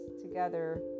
together